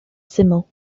syml